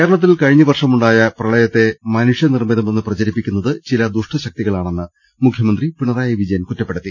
കേരളത്തിൽ കഴിഞ്ഞ വർഷമുണ്ടായ പ്രളയത്തെ മനുഷ്യ നിർമ്മിതമെന്ന് പ്രചരിപ്പിക്കുന്നത് ചില ദുഷ്ട ശക്തികളാണെന്ന് മുഖ്യമന്ത്രി പിണറായി വിജയൻ കുറ്റപ്പെടുത്തി